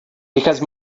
because